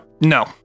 no